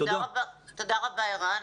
תודה רבה ערן.